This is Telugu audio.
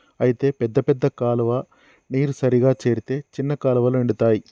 అయితే పెద్ద పెద్ద కాలువ నీరు సరిగా చేరితే చిన్న కాలువలు నిండుతాయి